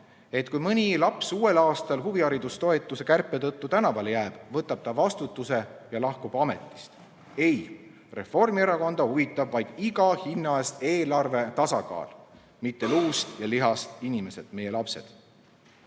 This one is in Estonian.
et kui mõni laps uuel aastal huviharidustoetuse kärpe tõttu tänavale jääb, võtab ta vastutuse ja lahkub ametist. Ei, Reformierakonda huvitab vaid iga hinna eest eelarve tasakaal, mitte luust ja lihast inimesed, meie lapsed. Aga